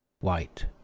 White